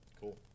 cool